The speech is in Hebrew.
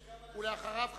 ואחריו,